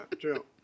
true